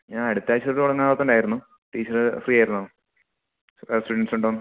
ഞാന് അടുത്ത ആഴ്ച്ച തൊട്ട് തുടങ്ങാം എന്ന് ഓര്ത്തോണ്ടായിരുന്നു ടീച്ചറ് ഫ്രീ ആയിരുന്നോ വേറെ സ്റ്റുഡൻസുണ്ടോ